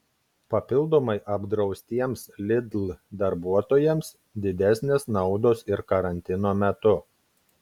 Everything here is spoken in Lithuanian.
papildomai apdraustiems lidl darbuotojams didesnės naudos ir karantino metu